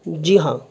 جی ہاں